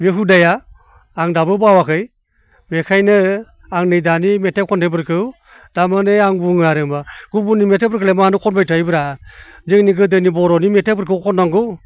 बे हुदाया आं दाबो बावाखै बेनिखायनो आंनि दानि मेथाइ खननायफोरखौ थारमाने आं बुङो आरो गुबुननि मेथाइफोरखौलाय मानो खनबाय थायोब्रा जोंनि गोदोनि बर'नि मेथाइफोरखौ खननांगौ